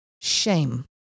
shame